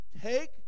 Take